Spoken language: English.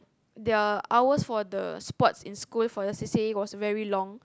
their ours for the sport in school for the c_c_a was very long